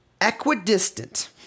equidistant